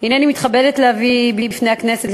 הנני מתכבדת להביא בפני הכנסת,